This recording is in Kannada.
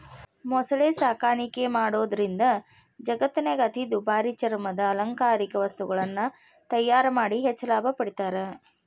ಮೊಸಳೆ ಸಾಕಾಣಿಕೆ ಮಾಡೋದ್ರಿಂದ ಜಗತ್ತಿನ್ಯಾಗ ಅತಿ ದುಬಾರಿ ಚರ್ಮದ ಅಲಂಕಾರಿಕ ವಸ್ತುಗಳನ್ನ ತಯಾರ್ ಮಾಡಿ ಹೆಚ್ಚ್ ಲಾಭ ಪಡಿತಾರ